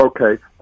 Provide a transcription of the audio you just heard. Okay